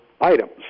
items